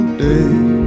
day